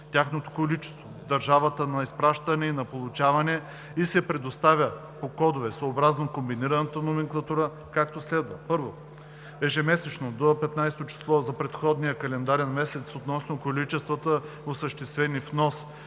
тяхното количество, държавата на изпращане и на получаване и се предоставя по кодове съобразно Комбинираната номенклатура, както следва: 1. ежемесечно до 15-о число за предходния календарен месец относно количествата осъществени внос